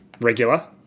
regular